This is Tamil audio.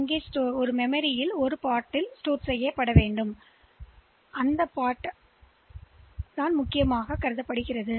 எனவே இந்த செயல்முறை ஏற்றப்பட்டுள்ளது